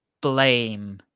blame